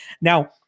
Now